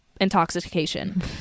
intoxication